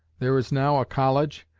there is now a college,